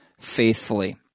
faithfully